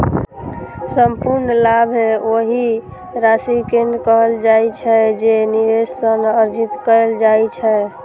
संपूर्ण लाभ ओहि राशि कें कहल जाइ छै, जे निवेश सं अर्जित कैल जाइ छै